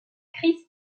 chris